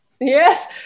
Yes